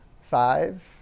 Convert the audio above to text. Five